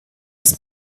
was